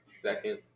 Second